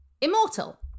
immortal